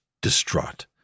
distraught